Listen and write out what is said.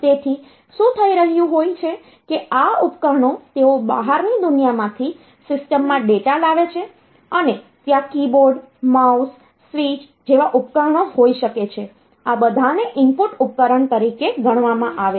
તેથી શું થઈ રહ્યું હોય છે કે આ ઉપકરણો તેઓ બહારની દુનિયામાંથી સિસ્ટમમાં ડેટા લાવે છે અને ત્યાં કીબોર્ડ માઉસ સ્વિચ જેવા ઉપકરણો હોઈ શકે છે આ બધાને ઇનપુટ ઉપકરણ તરીકે ગણવામાં આવે છે